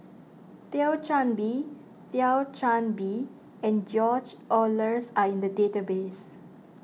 Thio Chan Bee Thio Chan Bee and George Oehlers are in the database